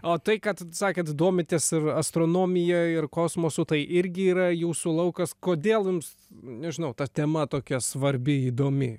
o tai kad sakėt domitės astronomija ir kosmosu tai irgi yra jūsų laukas kodėl jums nežinau ta tema tokia svarbi įdomi